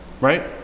right